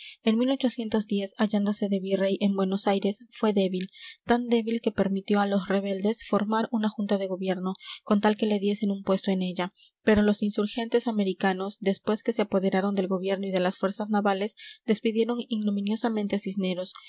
general de uriarte en hallándose de virrey en buenos aires fue débil tan débil que permitió a los rebeldes formar una junta de gobierno con tal que le diesen un puesto en ella pero los insurgentes americanos después que se apoderaron del gobierno y de las fuerzas navales despidieron ignominiosamente a cisneros